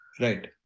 Right